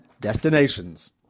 destinations